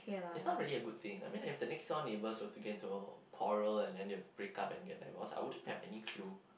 it's not really a good thing I mean like if the next door neighbours were to get into a quarrel and then they have break up and get divorced I wouldn't have any clue